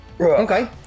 Okay